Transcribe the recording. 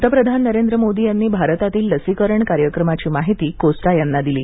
पंतप्रधान नरेंद्र मोदी यांनी भारतातील लसीकरण कार्यक्रमाची माहिती कोस्टा यांना दिली